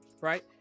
right